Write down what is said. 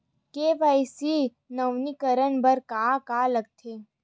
KYC नवीनीकरण बर का का लगथे?